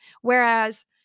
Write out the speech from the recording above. Whereas